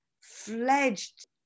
fledged